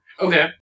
Okay